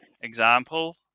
example